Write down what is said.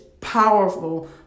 powerful